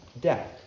death